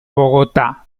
bogotá